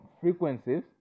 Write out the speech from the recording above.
frequencies